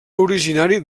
originari